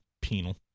Penal